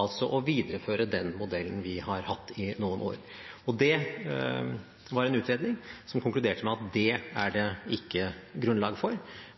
altså å videreføre den modellen vi har hatt i noen år. Det var en utredning som konkluderte med at det er det ikke grunnlag for,